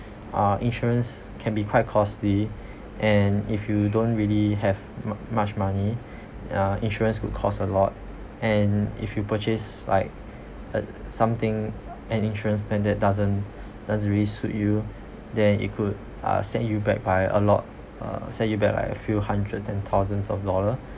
uh insurance can be quite costly and if you don't really have mu~ much money uh insurance will cost a lot and if you purchase like err something an insurance plan that doesn't doesn't really suit you then it could uh set you back by a lot uh set you back like a few hundred and thousands of dollars